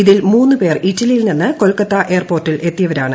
ഇതിൽ മൂന്നുപേർ ഇറ്റലിയിൽ നിന്ന് ക്കൊൽക്ക്ത്ത എയർപോർട്ടിൽ എത്തിയവരാണ്